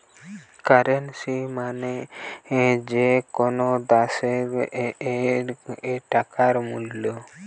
currency মানে যে কোনো দ্যাশের টাকার মূল্য